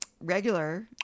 regular